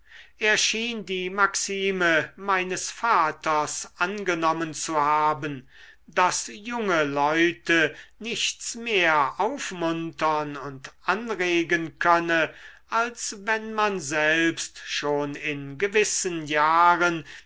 schien die maxime meines vaters angenommen zu haben daß junge leute nichts mehr aufmuntern und anregen könne als wenn man selbst schon in gewissen jahren